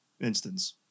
instance